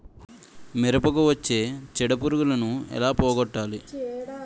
మిరపకు వచ్చే చిడపురుగును ఏల పోగొట్టాలి?